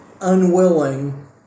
unwilling